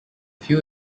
few